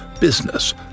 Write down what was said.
business